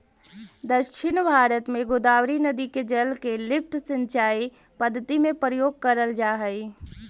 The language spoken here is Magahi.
दक्षिण भारत में गोदावरी नदी के जल के लिफ्ट सिंचाई पद्धति में प्रयोग करल जाऽ हई